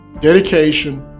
dedication